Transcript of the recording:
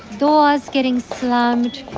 doors getting slammed,